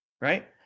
Right